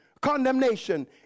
condemnation